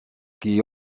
qui